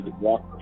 walk